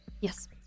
Yes